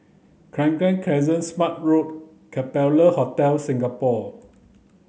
Crescent Smart Road Capella Hotel Singapore